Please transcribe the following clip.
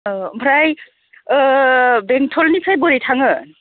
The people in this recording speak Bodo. औ ओमफ्राय बेंथलनिफ्राय बोरै थाङो